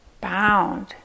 bound